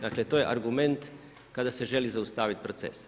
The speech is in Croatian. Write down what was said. Dakle, to je argument kada se želi zaustaviti proces.